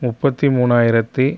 முப்பத்தி மூணாயிரத்தி